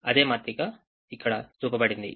అదే మాత్రిక ఇక్కడ చూపబడింది